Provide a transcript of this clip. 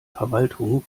verwaltungen